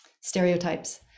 stereotypes